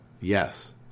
Yes